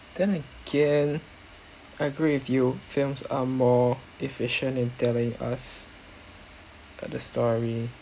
then again I agree with you films are more efficient in telling us uh the story